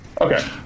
Okay